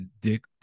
Dick